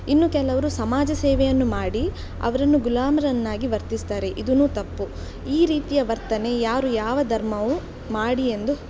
ಇನ್ನು ಕೆಲವರು ಸಮಾಜ ಸೇವೆಯನ್ನು ಮಾಡಿ ಅವರನ್ನು ಗುಲಾಮರನ್ನಾಗಿ ವರ್ತಿಸ್ತಾರೆ ಇದೂ ತಪ್ಪು ಈ ರೀತಿಯ ವರ್ತನೆ ಯಾರು ಯಾವ ಧರ್ಮವೂ ಮಾಡಿಯೆಂದು